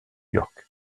york